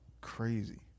crazy